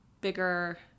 bigger